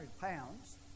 pounds